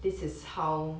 this is how